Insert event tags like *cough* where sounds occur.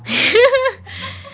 *laughs*